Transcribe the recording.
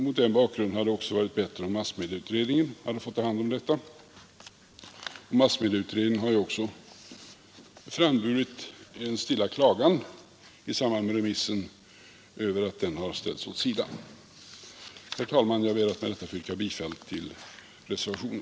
Mot den bakgrunden hade det också varit bättre om massmedieutredningen hade fått ta hand om detta. Massmedieutredningen har ju också i samband med remissen framburit en stilla klagan över att den har ställts åt sidan. Herr talman! Jag ber att med detta få yrka bifall till reservationen.